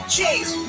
Chase